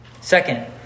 Second